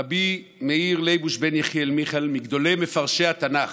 ר' מאיר ליבוש בן יחיאל מיכל, מגדולי מפרשי התנ"ך,